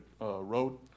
road